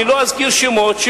אני לא אזכיר שמות,